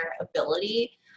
ability